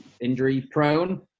injury-prone